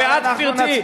של הרצוג.